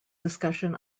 discussion